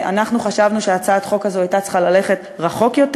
אנחנו חשבנו שהצעת החוק הזו הייתה צריכה ללכת רחוק יותר,